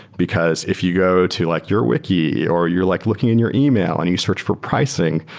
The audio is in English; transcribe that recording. because if you go to like your wiki or you're like looking in your email and you search for pricing,